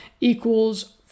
equals